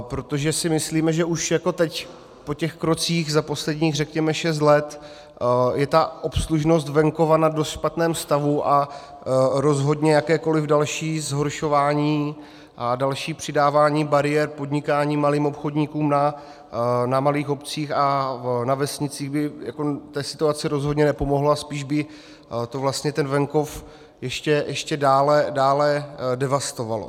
Protože si myslíme, že už jako teď po těch krocích za posledních řekněme šest let je ta obslužnost venkova na dost špatném stavu a rozhodně jakékoli další zhoršování a další přidávání bariér podnikání malým obchodníkům na malých obcích a na vesnicích by té situaci rozhodně nepomohlo, spíš by to vlastně ten venkov ještě dále devastovalo.